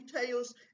details